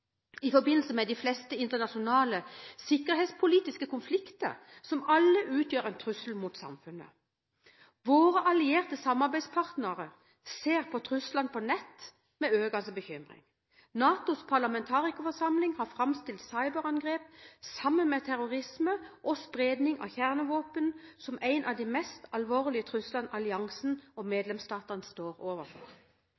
forbindelse med de fleste internasjonale sikkerhetspolitiske konflikter, som alle utgjør en trussel mot samfunnet. Våre allierte samarbeidspartnere ser på truslene på nett med økende bekymring. NATOs parlamentarikerforsamling har framstilt cyberangrep, sammen med terrorisme og spredning av kjernevåpen, som en av de mest alvorlige truslene alliansen og